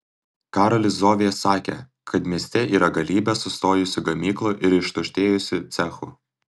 karolis zovė sakė kad mieste yra galybė sustojusių gamyklų ir ištuštėjusių cechų